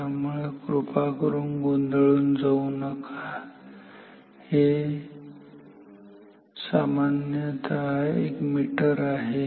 त्यामुळे कृपा करून गोंधळून जाऊ नका हे सामान्यतः एक मीटर आहे